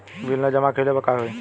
Bill न जमा कइले पर का होई?